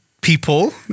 People